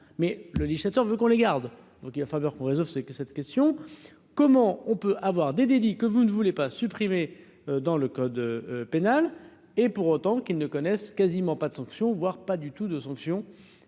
mais le législateur veut qu'on les garde, donc il va falloir qu'on réserve, c'est que cette question : comment on peut avoir des des dit que vous ne voulez pas supprimer dans le code pénal et pour autant qu'ils ne connaissent. Quasiment pas de sanctions, voire pas du tout de sanctions